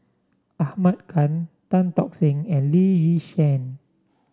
Ahmad Khan Tan Tock Seng and Lee Yi Shyan